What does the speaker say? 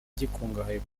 gikungahaye